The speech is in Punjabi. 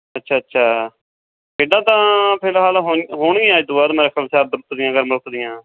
ਅੱਛਾ ਅੱਛਾ ਖੇਡਾਂ ਤਾਂ ਫਿਲਹਾਲ ਹੋਣ ਹੋਣੀ ਆ ਇਹ ਤੋਂ ਬਾਅਦ ਮੇਰੇ ਖਿਆਲ ਸ਼ਾਇਦ ਦੀਆਂ